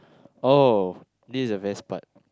oh this the best part